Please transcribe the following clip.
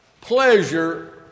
Pleasure